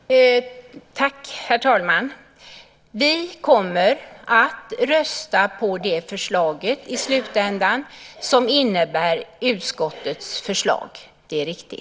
Herr talman! Det är riktigt att vi kommer att rösta på det förslag som i slutändan innebär utskottets förslag.